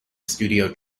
studio